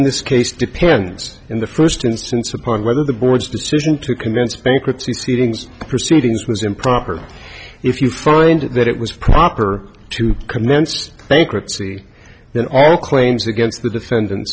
in this case depends in the first instance upon whether the board's decision to commence bankruptcy seedings proceedings was improper if you find that it was proper to commence bankruptcy that all claims against the defendant